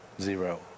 zero